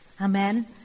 Amen